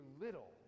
little